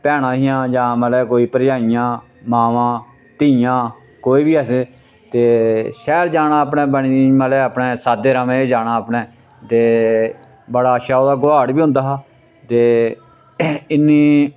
भैनां हियां जां मतलब कोई भरजाइयां मावां धियां कोई बी अस ते शैल जाना अपने बनी मतलब अपनै सादे रमें दे जाना ते अपने बड़ा अच्छा ओह्दा गुहाड़ बी होंदा हा ते इन्नी